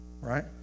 right